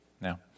Now